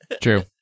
True